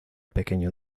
pequeño